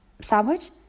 sandwich